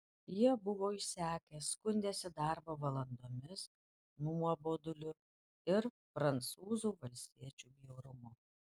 jie buvo išsekę skundėsi darbo valandomis nuoboduliu ir prancūzų valstiečių bjaurumu